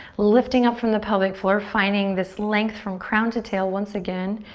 lifting up from the pelvic floor. finding this length from crown to tail. once again,